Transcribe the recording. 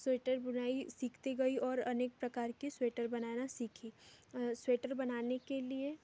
sweater बुनाई सीखती गई और अनेक प्रकार के स्वेटर बनाना सीखी स्वेटर बनाने के लिए